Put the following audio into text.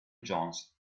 jones